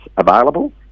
available